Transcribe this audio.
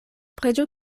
preĝu